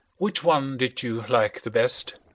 which one did you like the best?